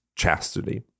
chastity